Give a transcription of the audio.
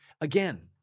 again